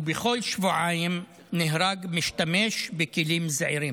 ובכל שבועיים נהרג משתמש בכלים זעירים.